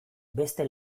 beste